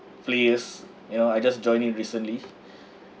players you know I just join in recently